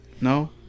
No